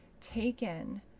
taken